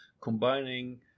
combining